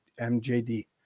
MJD